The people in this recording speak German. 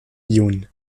jun